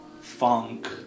funk